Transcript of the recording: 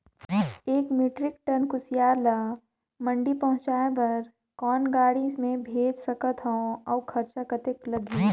एक metric ton कुसियार ल मंडी पहुंचाय बर कौन गाड़ी मे भेज सकत हव अउ खरचा कतेक लगही?